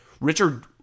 Richard